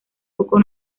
poco